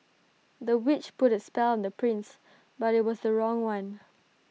the witch put A spell on the prince but IT was the wrong one